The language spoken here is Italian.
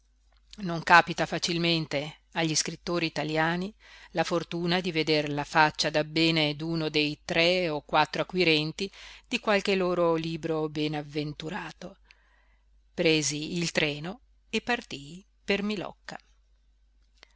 non càpita facilmente agli scrittori italiani la fortuna di veder la faccia dabbene d'uno dei tre o quattro acquirenti di qualche loro libro benavventurato presi il treno e partii per milocca